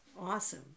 awesome